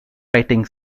writing